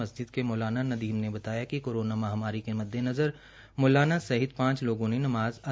मस्जिद के मौलाना नदीम ने बताया कि कोरोना महामारी के मद्देनज़र मौलाना सहित पांच लोगों ने नमाज़ अदी की